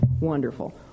wonderful